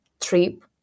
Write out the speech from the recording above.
trip